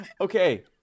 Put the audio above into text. okay